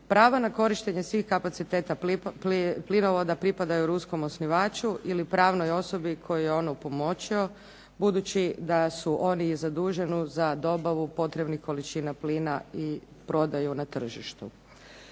Prava na korištenje svih kapaciteta plinovoda pripadaju ruskom osnivaču ili pravnoj osobi koju je on opunomoćio, budući da su oni zaduženi za dobavu potrebnih količina plina i prodaju na tržištu.